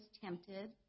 tempted